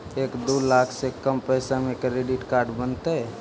एक दू लाख से कम पैसा में क्रेडिट कार्ड बनतैय?